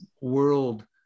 world